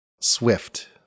swift